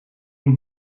een